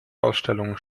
ausstellungen